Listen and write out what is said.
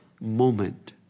moment